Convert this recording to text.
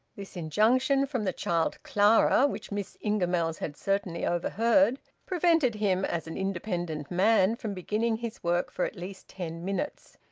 this injunction from the child clara, which miss ingamells had certainly overheard, prevented him, as an independent man, from beginning his work for at least ten minutes.